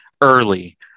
early